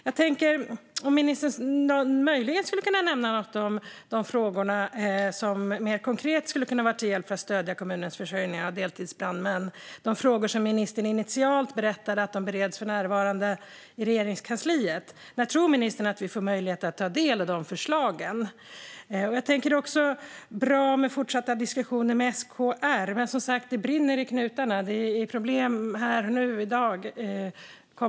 Kan ministern nämna något om de förslag som mer konkret skulle kunna vara till hjälp för att stödja kommunernas försörjning av deltidsbrandmän, de förslag som ministern initialt berättade för närvarande bereds i Regeringskansliet? När tror ministern att vi får möjlighet att ta del av dessa förslag? Det är bra med fortsatta diskussioner med SKR. Men det brinner i knutarna; det är problem här och nu.